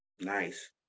Nice